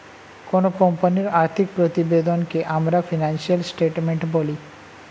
কোনো কোম্পানির আর্থিক প্রতিবেদনকে আমরা ফিনান্সিয়াল স্টেটমেন্ট বলি